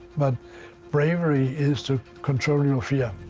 but bravery is to control your fear,